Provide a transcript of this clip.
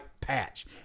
patch